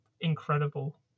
incredible